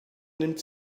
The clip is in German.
nimmt